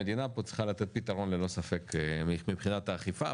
המדינה פה צריכה לתת פתרון ללא ספק מבחינת האכיפה,